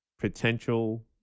potential